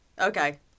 Okay